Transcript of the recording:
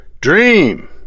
dream